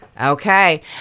Okay